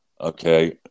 okay